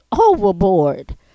overboard